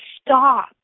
stop